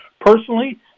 personally